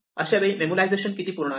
अशावेळी मेमोलायझेशन किती करणार